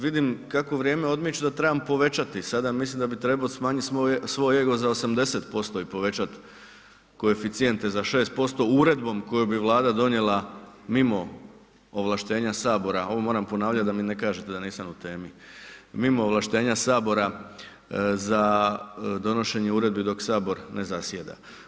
Vidim kako vrijeme odmiče da trebam povećati, sada mislim da bi trebao smanjiti svoj ego za 80% i povećat koeficijente za 6% uredbom koju bi Vlada donijela mimo ovlaštenja sabora, ovo moram ponavljati da mi ne kažete da nisam u temi, mimo ovlaštenja sabora za donošenje uredbi dok sabor ne zasjeda.